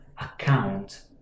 account